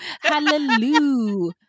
Hallelujah